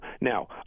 Now